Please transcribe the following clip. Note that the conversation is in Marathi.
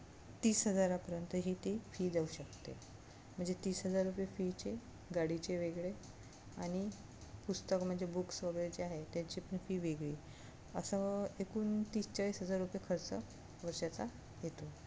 तीस हजारापर्यंतही ती फी जाऊ शकते म्हणजे तीस हजार रुपये फीचे गाडीचे वेगळे आणि पुस्तक म्हणजे बुक्स वगैरे जे आहे त्याची पण फी वेगळी असं एकूण तीस चाळीस हजार रुपये खर्च वर्षाचा येतो